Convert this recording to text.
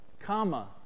comma